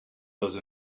those